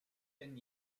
denn